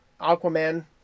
aquaman